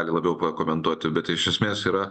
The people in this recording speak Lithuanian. gali labiau pakomentuoti bet iš esmės yra